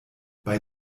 bei